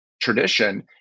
tradition